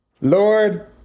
Lord